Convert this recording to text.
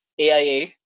AIA